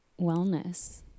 wellness